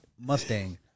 Mustang